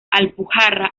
alpujarra